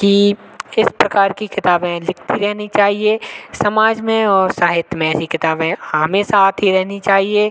कि इस प्रकार की किताबें लिखती रहनी चाहिए समाज में और साहित्य में ऐसी किताबें हमेशा आती रहनी चाहिए